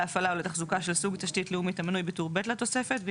להפעלה או לתחזוקה של סוג תשתית לאומית המנוי בטור ב' לתוספת הראשונה,